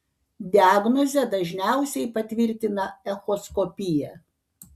diagnozę dažniausiai patvirtina echoskopija